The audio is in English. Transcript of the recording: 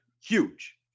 Huge